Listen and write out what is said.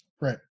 right